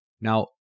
Now